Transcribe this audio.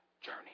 journey